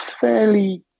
fairly